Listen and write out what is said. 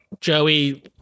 Joey